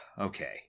Okay